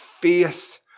faith